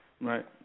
Right